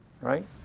right